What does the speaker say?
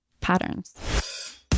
patterns